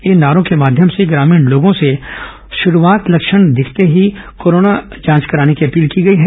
इन नारों के माध्यम से ग्रामीण लोगों से शुरूआत लक्षण दिखते ही कोरोना जांच कराने की अपील की गई है